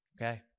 Okay